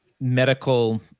medical